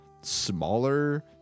smaller